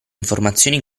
informazioni